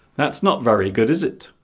that's not very good is it